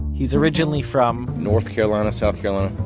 he's originally from, north carolina, south carolina,